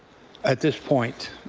at this point